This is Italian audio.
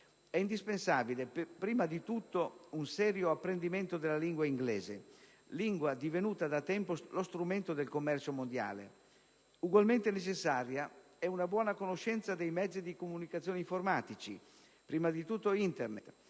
È indispensabile prima di tutto un serio apprendimento della lingua inglese, lingua divenuta da tempo lo strumento del commercio mondiale. Ugualmente necessaria è una buona conoscenza dei mezzi di comunicazione informatici, prima di tutto Internet.